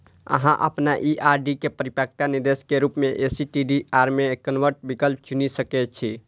अहां अपन ई आर.डी के परिपक्वता निर्देश के रूप मे एस.टी.डी.आर मे कन्वर्ट विकल्प चुनि सकै छी